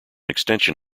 extension